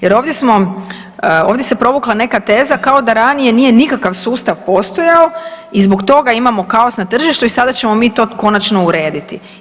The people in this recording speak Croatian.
Jer ovdje se provukla neka teza kao da ranije nije nikakav sustav postojao i zbog toga imamo kaos na tržištu i sada ćemo mi to konačno urediti.